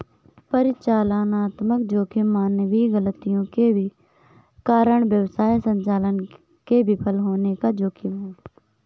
परिचालनात्मक जोखिम मानवीय गलतियों के कारण व्यवसाय संचालन के विफल होने का जोखिम है